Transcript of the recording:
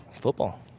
Football